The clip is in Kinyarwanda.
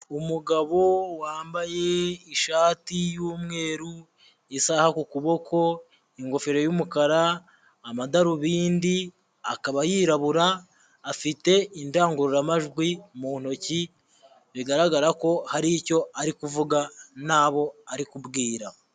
Umugabo wambaye ishati y'umweru, isaha ku kuboko, ingofero y'umukara, amadarubindi, akaba yirabura, afite indangururamajwi mu ntoki, bigaragara ko hari icyo ari kuvuga nabo ari kubwira.